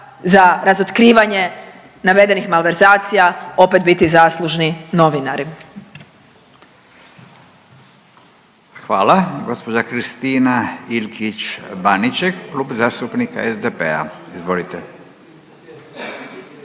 za razotkrivanje navedenih malverzacija opet biti zaslužni novinari. **Radin, Furio (Nezavisni)** Hvala. Gospođa Kristina Ikić Baniček, Klub zastupnika SDP-a, izvolite.